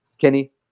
Kenny